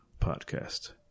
podcast